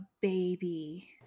baby